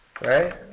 right